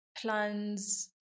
plans (